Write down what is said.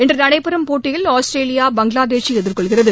இன்று நடைபெறும் போட்டியில் ஆஸ்திரேலியா பங்களாதேஷை எதிர்கொள்கிறது